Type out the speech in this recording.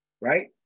right